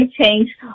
change